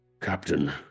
captain